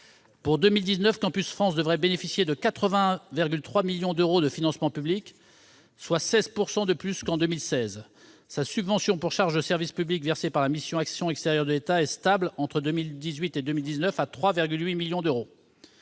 Pour 2019, Campus France devrait bénéficier de 81,3 millions d'euros de financement public, soit 16 % de plus qu'en 2016. Sa subvention pour charges de service public versée par la mission « Action extérieure de l'État » est stable entre 2018 et 2019, à 3,8 millions d'euros.